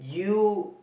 you